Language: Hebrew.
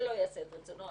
שלא יעשה את רצונו.